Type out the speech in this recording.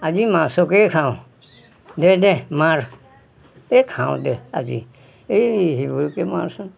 আজি মাছকে খাওঁ দে দে মাৰ এই খাওঁ দে আজি এই সেইবোৰকে মাৰচোন